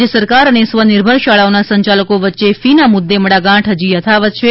રાજ્ય સરકાર અને સ્વનિર્ભર શાળાઓના સંચાલકો વચ્ચે ફીના મુદ્દે મડાગાંઠ હજી યથાવત છે